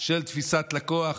של תפיסת לקוח,